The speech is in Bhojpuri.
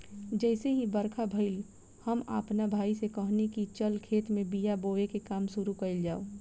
जइसे ही बरखा भईल, हम आपना भाई से कहनी की चल खेत में बिया बोवे के काम शुरू कईल जाव